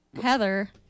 Heather